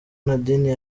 nadine